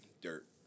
Dirt